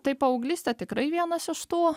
tai paauglystė tikrai vienas iš tų